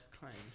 claims